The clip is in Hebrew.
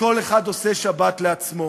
וכל אחד עושה שבת לעצמו.